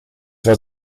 war